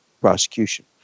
prosecution